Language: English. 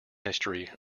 history